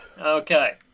Okay